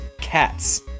cats